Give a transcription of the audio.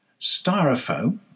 Styrofoam